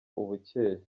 ubukeye